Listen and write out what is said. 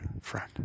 friend